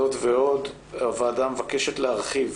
זאת ועוד, הוועדה מבקשת להרחיב